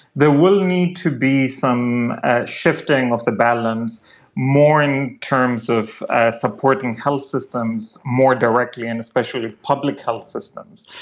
there will need to be some shifting of the balance more in terms of supporting health systems more directly and especially public health systems.